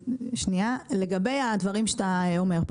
לגבי הדברים שאתה אומר,